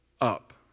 up